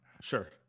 sure